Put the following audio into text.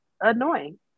Annoying